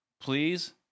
please